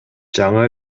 жаңы